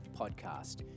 Podcast